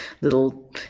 little